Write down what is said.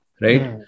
right